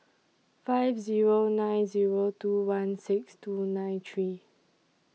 five Zero nine Zero two one six two nine three